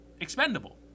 expendable